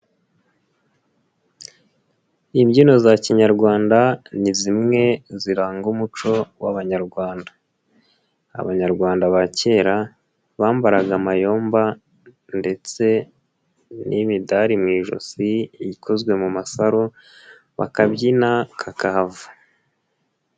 Imbyino za kinyarwanda, ni zimwe ziranga umuco w'abanyarwanda. Abanyarwanda ba kera bambaraga amayomba ndetse n'imidari mu ijosi ikozwe mu masaro bakabyina kakahava.